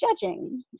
judging